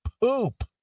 poop